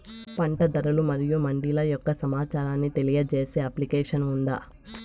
పంట ధరలు మరియు మండీల యొక్క సమాచారాన్ని తెలియజేసే అప్లికేషన్ ఉందా?